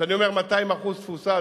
כשאני אומר 200% תפוסה,